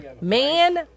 man